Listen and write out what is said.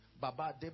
Baba